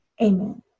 amen